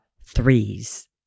threes